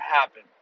happen